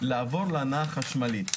לעבור להנעה חשמלית.